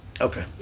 okay